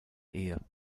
ehe